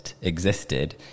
existed